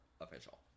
official